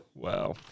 Wow